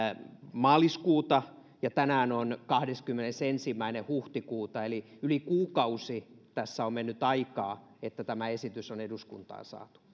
maaliskuuta ja tänään on kahdeskymmenesensimmäinen huhtikuuta eli yli kuukausi tässä on mennyt aikaa että tämä esitys on eduskuntaan saatu